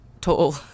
Tall